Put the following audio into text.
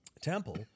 temple